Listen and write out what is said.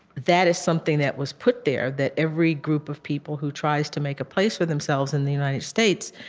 that is something that was put there that every group of people who tries to make a place for themselves in the united states,